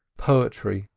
poetry,